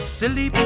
Silly